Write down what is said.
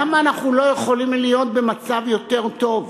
למה אנחנו לא יכולים להיות במצב יותר טוב?